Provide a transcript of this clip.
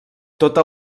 tota